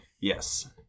Yes